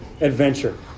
adventure